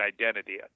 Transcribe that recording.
identity